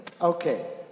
okay